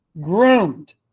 groomed